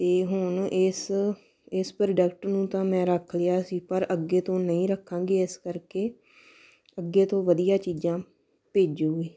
ਅਤੇ ਹੁਣ ਇਸ ਇਸ ਪ੍ਰੋਡਕਟ ਨੂੰ ਤਾਂ ਮੈਂ ਰੱਖ ਲਿਆ ਸੀ ਪਰ ਅੱਗੇ ਤੋਂ ਨਹੀਂ ਰੱਖਾਂਗੀ ਇਸ ਕਰਕੇ ਅੱਗੇ ਤੋਂ ਵਧੀਆ ਚੀਜ਼ਾਂ ਭੇਜੋਗੇ